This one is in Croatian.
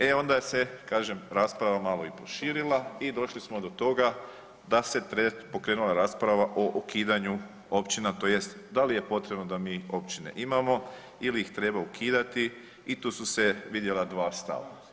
E onda se, kažem, rasprava malo i proširila i došli smo do toga se pokrenula rasprava o ukidanju općina, tj. da li je potrebno da mi općine imamo ili ih treba ukidati i tu su se vidjela 2 stava.